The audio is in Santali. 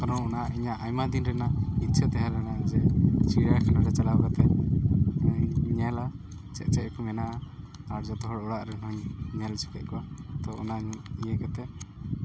ᱠᱟᱨᱚᱱ ᱚᱱᱟ ᱤᱧᱟᱹᱜ ᱟᱭᱢᱟ ᱫᱤᱱ ᱨᱮᱱᱟᱜ ᱤᱪᱷᱟᱹ ᱛᱟᱦᱮᱸ ᱞᱮᱱᱟ ᱡᱮ ᱪᱤᱲᱭᱟ ᱠᱷᱟᱱᱟ ᱨᱮ ᱪᱟᱞᱟᱣ ᱠᱟᱛᱮ ᱧᱮᱞᱟ ᱪᱮᱫ ᱪᱮᱫ ᱠᱚ ᱢᱮᱱᱟᱜᱼᱟ ᱟᱨ ᱡᱚᱛᱚ ᱦᱚᱲ ᱚᱲᱟᱜ ᱨᱮᱱ ᱦᱚᱧ ᱧᱮᱞ ᱚᱪᱚ ᱠᱮᱫ ᱠᱚᱣᱟ ᱛᱚ ᱚᱱᱟ ᱤᱭᱟᱹ ᱠᱟᱛᱮ